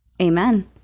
Amen